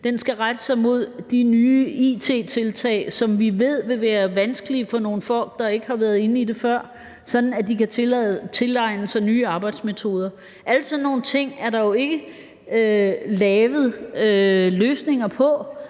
Den skal rette sig mod de nye it-tiltag, som vi ved vil være vanskelige for nogle folk, der ikke har været inde i det før, sådan at de kan tilegne sig nye arbejdsmetoder. Alle sådan nogle ting er der jo ikke fundet løsninger på,